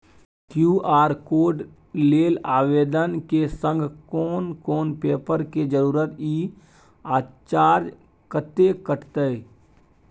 QR code लेल आवेदन के संग कोन कोन पेपर के जरूरत इ आ चार्ज कत्ते कटते?